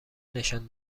نشان